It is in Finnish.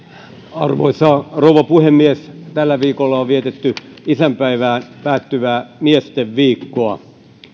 arvoisa rouva puhemies tällä viikolla on vietetty isänpäivään päättyvää miesten viikkoa